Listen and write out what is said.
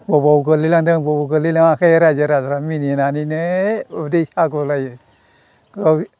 बबाव गोलैलांदों बबाव गोलैलाङाखै राजो राजाया मिनिनानैनो उदै सागु लायो गाव